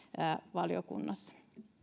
valiokunnassa